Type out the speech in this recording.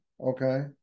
okay